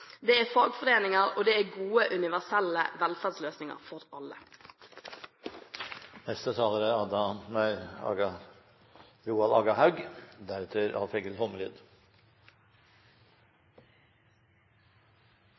Det er fagforeninger, og det er gode, universelle velferdsløsninger for alle. Europa er